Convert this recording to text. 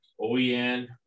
OEN